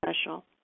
special